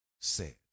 says